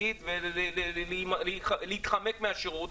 ולהתחמק מהשירות,